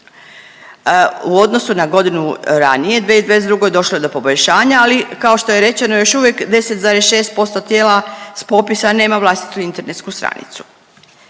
U odnosu na godinu ranije 2022. došlo je do poboljšanja, ali kao što je rečeno, još uvijek 10,6% tijela s popisa nema vlastitu internetsku stranicu.